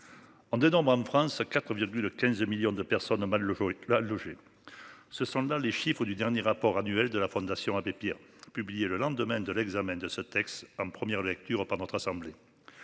On dénombre en France 4,15 millions de personnes mal le vote la loger. Ce sont là les chiffres du dernier rapport annuel de la Fondation Abbé Pierre publié le lendemain de l'examen de ce texte en première lecture par notre assemblée.